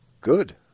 Good